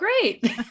Great